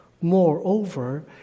Moreover